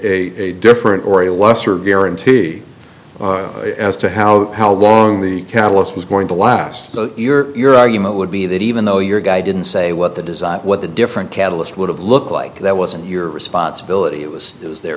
a difference or a lesser guarantee as to how how long the catalyst was going to last your your argument would be that even though your guy didn't say what the design what the different catalyst would have looked like that wasn't your responsibility it was it was their